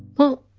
well,